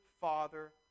father